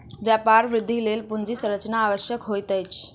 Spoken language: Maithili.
व्यापार वृद्धिक लेल पूंजी संरचना आवश्यक होइत अछि